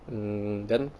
mm then